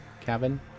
Kevin